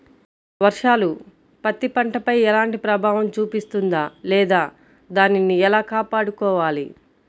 వర్షాలు పత్తి పంటపై ఎలాంటి ప్రభావం చూపిస్తుంద లేదా దానిని ఎలా కాపాడుకోవాలి?